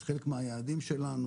זה חלק מהיעדים שלנו,